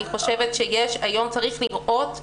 אני פרופסור מלא באוניברסיטת תל אביב,